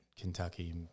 Kentucky